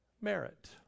merit